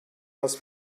dass